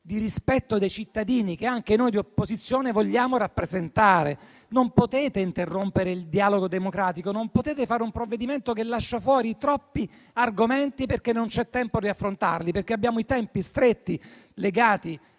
di rispetto dei cittadini che anche noi di opposizione vogliamo rappresentare. Non potete interrompere il dialogo democratico. Non potete fare un provvedimento che lascia fuori troppi argomenti perché non c'è tempo di affrontarli, perché abbiamo tempi stretti legati